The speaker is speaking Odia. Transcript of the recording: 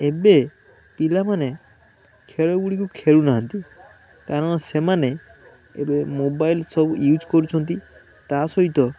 ଏବେ ପିଲାମାନେ ଖେଳ ଗୁଡ଼ିକୁ ଖେଳୁ ନାହାଁନ୍ତି କାରଣ ସେମାନେ ଏବେ ମୋବାଇଲ୍ ସବୁ ୟୁଜ୍ କରୁଛନ୍ତି ତା ସହିତ